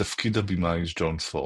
בתפקיד הבמאי ג'ון פורד.